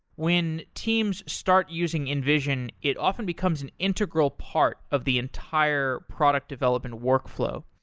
when teams start using invision, it often becomes an integral part of the entire product development workflow.